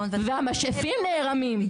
והמשאפים נערמים.